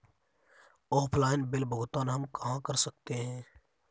Offline bill भुगतान हम कहां कर सकते हैं?